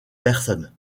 personnes